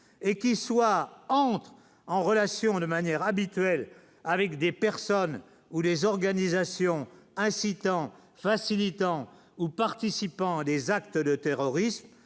et qu'qui soit entrent en relation, de manière habituelle avec des personnes ou des organisations incitant facilitant ou participant à des actes de terrorisme